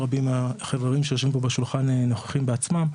רבים מהחברים שיושבים פה בשולחן נוכחים בעצמם,